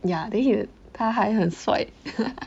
ya then he would 他还很帅